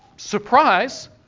Surprise